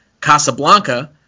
Casablanca